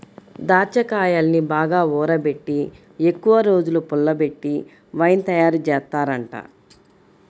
దాచ్చాకాయల్ని బాగా ఊరబెట్టి ఎక్కువరోజులు పుల్లబెట్టి వైన్ తయారుజేత్తారంట